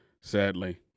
sadly